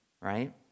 right